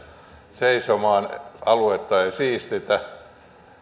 seisomaan aluetta ei siistitä